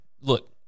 Look